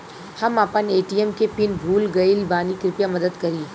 हम आपन ए.टी.एम के पीन भूल गइल बानी कृपया मदद करी